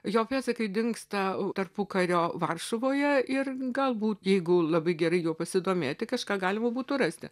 jo pėdsakai dingsta tarpukario varšuvoje ir galbūt jeigu labai gerai juo pasidomėti kažką galima būtų rasti